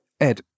Ed